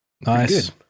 Nice